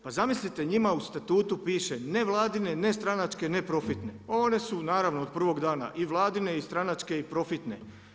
Pa zamislite njima u statutu piše nevladine, ne stranačke, ne profitne a one su naravno od prvog dana i Vladine i stranačke i profitne.